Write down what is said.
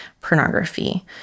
pornography